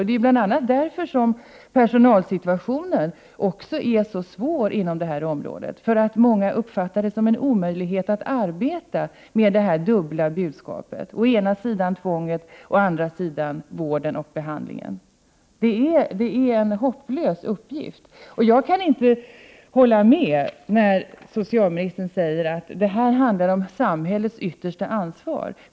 Det är bl.a. därför som personalsituationen inom det här området är så svår — många uppfattar det som en omöjlighet att arbeta med de dubbla budskapen: å ena sidan tvång, å andra sidan vård och behandling. Det är en hopplös uppgift. Jag kan inte hålla med när socialministern säger att det här handlar om samhällets yttersta ansvar.